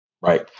Right